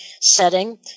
setting